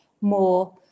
more